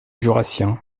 jurassien